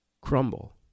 crumble